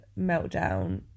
meltdown